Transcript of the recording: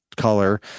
color